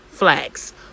flags